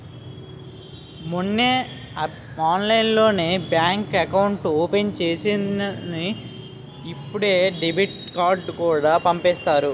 మొన్నే ఆన్లైన్లోనే bank account open చేసేసానని ఇప్పుడే డెబిట్ కార్డుకూడా పంపేసారు